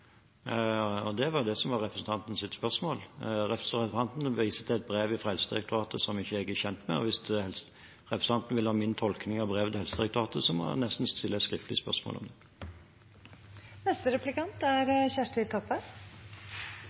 Representanten viste til et brev fra Helsedirektoratet som jeg ikke er kjent med, og hvis representanten vil ha min tolkning av brevet fra Helsedirektoratet, må hun nesten stille et skriftlig spørsmål om det. I Noreg er